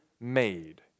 made